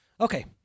Okay